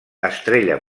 estrella